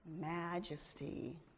Majesty